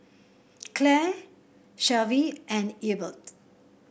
Claire Shelvie and Ebert